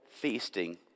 feasting